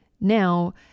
now